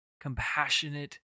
compassionate